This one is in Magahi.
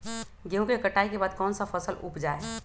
गेंहू के कटाई के बाद कौन सा फसल उप जाए?